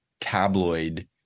tabloid